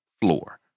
floor